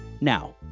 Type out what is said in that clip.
Now